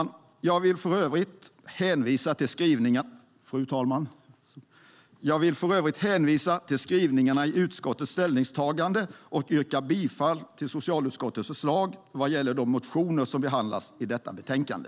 Fru talman! Jag vill för övrigt hänvisa till skrivningarna i utskottets ställningstagande och yrka bifall till socialutskottets förslag vad gäller de motioner som behandlas i detta betänkande.